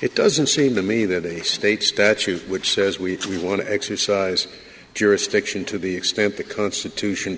it doesn't seem to me that a state statute which says we want to exercise jurisdiction to the extent the constitution